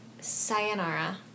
Sayonara